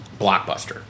blockbuster